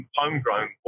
homegrown